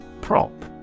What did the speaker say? Prop